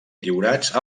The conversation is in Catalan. lliurats